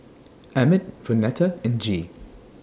Emett Vonetta and Gee